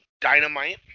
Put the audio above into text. Dynamite